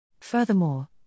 Furthermore